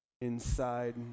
inside